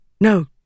no